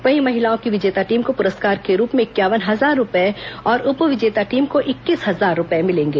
वहीं महिलाओं की विजेता टीम को पुरस्कार के रूप में इंक्यावन हजार रुपए और उपविजेता टीम को इक्कीस हजार रुपए मिलेंगे